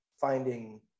finding